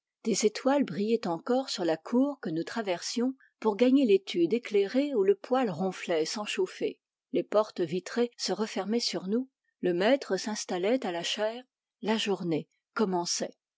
des étoiles brillaient encore sur la cour que nous traversions pour gagner l'étude éclairée où le poêle ronflait sans chauffer les portes vitrées se refermaient sur nous le maître s'installait à la chaire la journée commençait